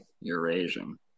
Eurasian